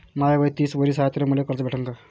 माय वय तीस वरीस हाय तर मले कर्ज भेटन का?